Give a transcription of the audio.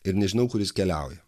ir nežinau kuris keliauja